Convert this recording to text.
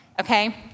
okay